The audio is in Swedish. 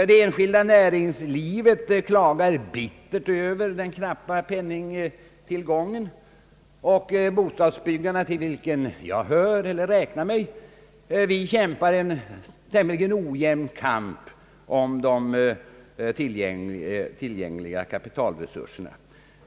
Det enskilda näringslivet klagar bittert över den knappa penningtillgången. Bostadsbyggarna, till vilka jag räknar mig, kämpar en tämligen ojämn kamp om de tillgängliga kapitalresurserna.